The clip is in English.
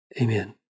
Amen